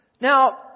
Now